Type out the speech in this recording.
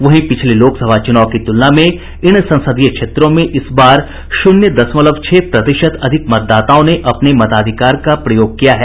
वहीं पिछले लोकसभा चुनाव की तुलना में इन संसदीय क्षेत्रों में इस बार शून्य दशमलव छह प्रतिशत अधिक मतदाताओं ने अपने मताधिकार का प्रयोग किया है